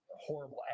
horrible